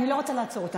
אני לא רוצה לעצור אותך.